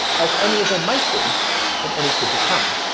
as any of them might be and any could become.